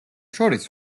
შორის